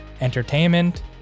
Entertainment